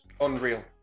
unreal